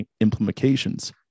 implications